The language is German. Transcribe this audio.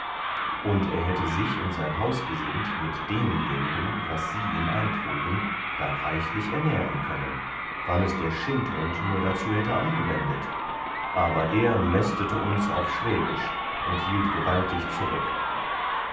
und er hätte sich und sein hausgesind mit demjenigen was sie ihm eintrugen gar reichlich ernähren können wann es der schindhund nur darzu hätte angewendet aber er mästete uns auf schwäbisch und hielt gewaltig zurück